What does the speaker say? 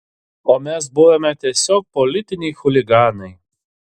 o mes buvome tiesiog politiniai chuliganai